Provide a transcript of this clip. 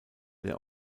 der